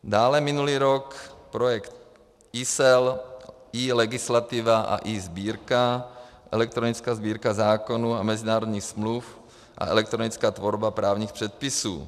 Dále minulý rok projekt eSeL, eLegislativa a eSbírka, elektronická Sbírka zákonů a mezinárodních smluv a elektronická tvorba právních předpisů.